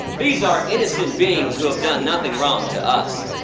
these are innocent beings, who have done nothing wrong to us.